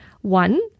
One